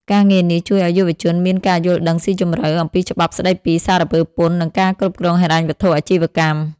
ការងារនេះជួយឱ្យយុវជនមានការយល់ដឹងស៊ីជម្រៅអំពីច្បាប់ស្តីពីសារពើពន្ធ និងការគ្រប់គ្រងហិរញ្ញវត្ថុអាជីវកម្ម។